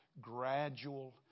gradual